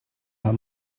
her